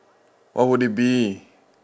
what would it be